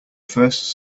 first